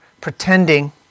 pretending